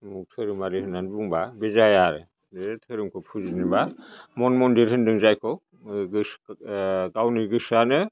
उमुग धोरोमारि होननानै बुंबा बे जाया आरो बे धोरोमखौ फुजिनोबा मन मन्दिर होन्दों जायखौ गोसो गावनि गोसोआनो